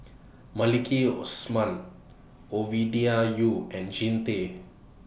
Maliki Osman Ovidia Yu and Jean Tay